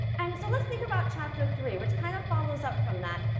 and so let's think about chapter three which kind of follows up from that,